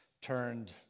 turned